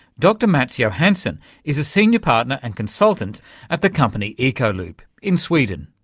dr mats johansson is a senior partner and consultant at the company ecoloop in sweden.